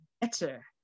better